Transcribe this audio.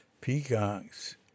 Peacocks